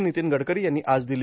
नितीन गडकरी यांनी आज दिली